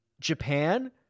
Japan